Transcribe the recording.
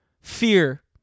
fear